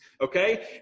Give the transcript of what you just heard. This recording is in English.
okay